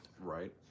right